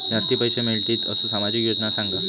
जास्ती पैशे मिळतील असो सामाजिक योजना सांगा?